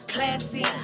Classy